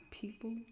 people